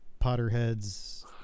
Potterheads